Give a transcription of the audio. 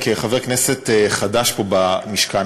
נדיבות.